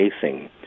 facing